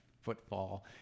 footfall